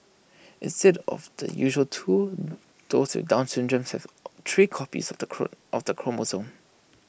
instead of the usual two those with down syndrome have three copies of the of the chromosome